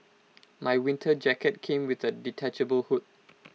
my winter jacket came with A detachable hood